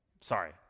Sorry